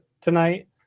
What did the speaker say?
tonight